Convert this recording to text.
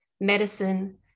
medicine